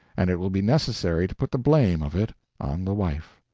and it will be necessary to put the blame of it on the wife.